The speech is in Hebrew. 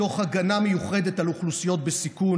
תוך הגנה מיוחדת על אוכלוסיות בסיכון